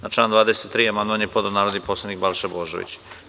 Na član 23. amandman je podneo narodni poslanik Balša Božović.